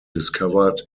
discovered